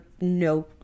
no